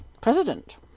president